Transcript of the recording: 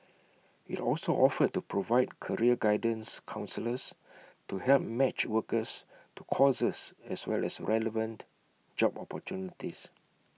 IT also offered to provide career guidance counsellors to help match workers to courses as well as relevant job opportunities